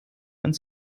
ins